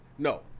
No